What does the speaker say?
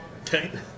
Okay